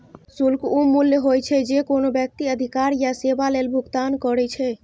शुल्क ऊ मूल्य होइ छै, जे कोनो व्यक्ति अधिकार या सेवा लेल भुगतान करै छै